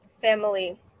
family